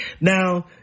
Now